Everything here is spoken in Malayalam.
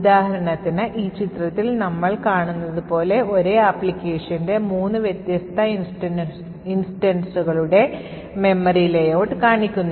ഉദാഹരണത്തിന് ഈ ചിത്രത്തിൽ നമ്മൾ ഇവിടെ കാണുന്നതു പോലെ ഒരേ ആപ്ലിക്കേഷന്റെ മൂന്ന് വ്യത്യസ്ത ഇൻസ്റ്റൻസുകളുടെ മെമ്മറി layout കാണിക്കുന്നു